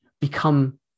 become